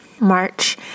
March